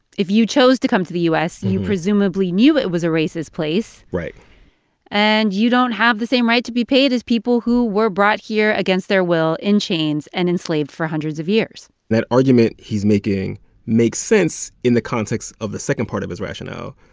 if you chose to come to the u s. and you presumably knew it was a racist place and you don't have the same right to be paid as people who were brought here against their will in chains and enslaved for hundreds of years that argument he's making makes sense in the context of the second part of his rationale.